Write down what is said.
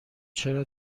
چرا